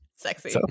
Sexy